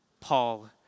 Paul